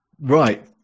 right